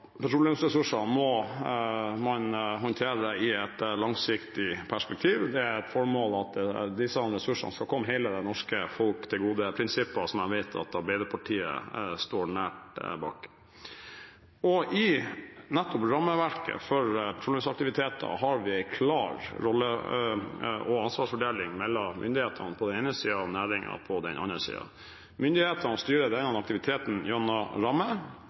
må man håndtere i et langsiktig perspektiv. Det er et mål at disse ressursene skal komme hele det norske folk til gode, prinsipper som jeg vet at Arbeiderpartiet står bak. I nettopp rammeverket for petroleumsaktiviteten har vi en klar rolle- og ansvarsfordeling mellom myndighetene på den ene siden og næringen på den andre siden. Myndighetene styrer denne aktiviteten gjennom